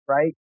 Right